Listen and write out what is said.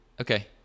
Okay